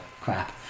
crap